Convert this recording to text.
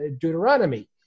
Deuteronomy